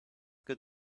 good